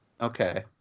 Okay